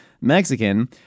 Mexican